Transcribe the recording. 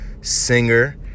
singer